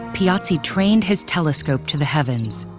piazzi trained his telescope to the heavens.